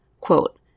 quote